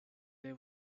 they